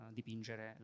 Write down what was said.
dipingere